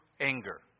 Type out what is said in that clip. anger